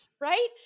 Right